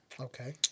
Okay